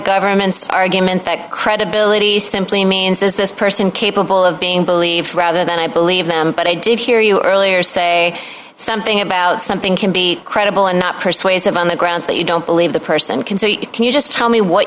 government's argument that credibility simply means is this person capable of being believed rather than i believe them but i did hear you earlier say something about something can be credible and not persuasive on the grounds that you don't believe the person can so you can you just tell me what